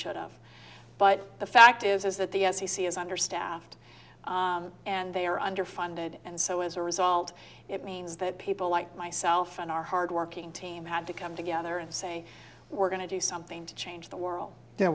should have but the fact is that the f c c is understaffed and they are underfunded and so as a result it means that people like myself and our hard working team had to come together and say we're going to do something to change the world there